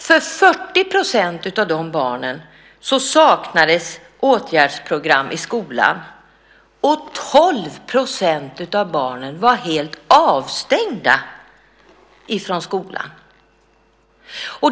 För 40 % av de barnen saknades åtgärdsprogram i skolan, och 12 % av barnen var helt avstängda från skolan.